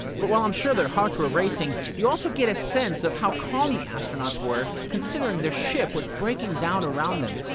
but while i'm sure their hearts were racing, you also get a sense of how calm the astronauts were considering their ship was breaking down around them.